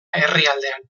herrialdean